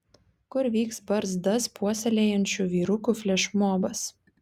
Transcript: kur vyks barzdas puoselėjančių vyrukų flešmobas